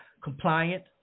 compliant